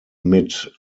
mit